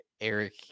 Eric